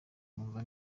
mwumva